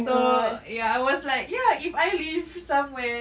so ya I was like ya if I live somewhere